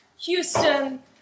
Houston